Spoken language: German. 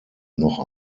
noch